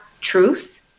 truth